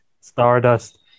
Stardust